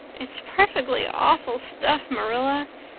it's perfectly awful stuff, marilla,